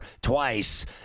twice